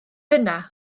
yna